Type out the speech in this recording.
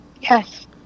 Yes